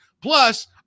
Plus